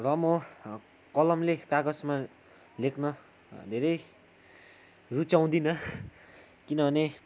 र म कलमले कागजमा लेख्न धेरै रुचाउँदिनँ किनभने